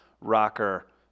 rocker